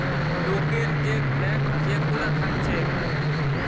লোকের যে blank cheque গুলা থাকছে